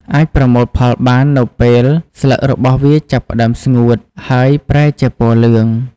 អាចប្រមូលផលបាននៅពេលស្លឹករបស់វាចាប់ផ្តើមស្ងួត ឬប្រែជាពណ៌លឿង។